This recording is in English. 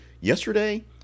Yesterday